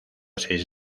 seis